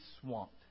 swamped